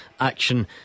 action